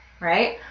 right